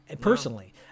personally